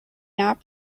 not